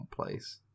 place